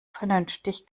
vernünftig